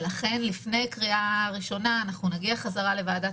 ולכן לפני הקריאה הראשונה נגיע חזרה לוועדת